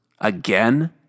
again